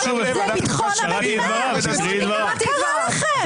--- מה קרה לכם?